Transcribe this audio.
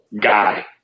guy